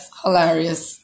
hilarious